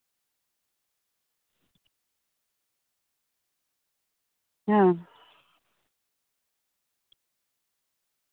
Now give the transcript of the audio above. ᱦᱮᱸ